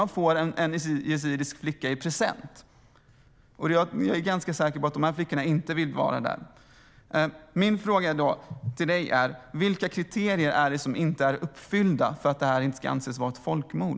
Man får en yazidisk flicka i present. Jag är ganska säker på att dessa flickor inte vill vara där. Min fråga till dig är då: Vilka kriterier är det som inte är uppfyllda för att detta inte ska anses vara ett folkmord?